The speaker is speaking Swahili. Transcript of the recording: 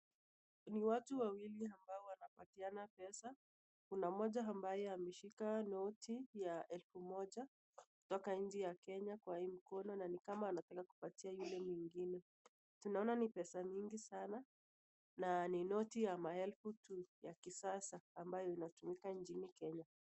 Ni watu wawili ambao wanapatiana pesa. Kuna mmoja ambaye ameshika noti ya elfu moja kutoka nchi ya Kenya kwa hii mkono na ni kama anataka kumpatia yule mwingine. Tunaona ni pesa nyingi sana na ni noti ya maelfu tu ya kisasa ambayo inatumika nchini Kenya.